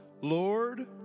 Lord